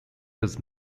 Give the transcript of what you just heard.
his